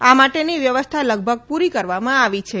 આ માટેની વ્યવસ્થા લગભગ પૂરી કરી દેવામાં આવી છે